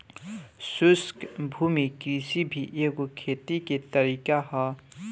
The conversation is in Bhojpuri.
शुष्क भूमि कृषि भी एगो खेती के तरीका ह